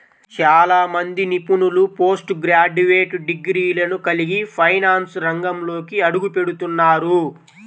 చాలా మంది నిపుణులు పోస్ట్ గ్రాడ్యుయేట్ డిగ్రీలను కలిగి ఫైనాన్స్ రంగంలోకి అడుగుపెడుతున్నారు